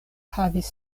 havis